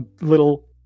little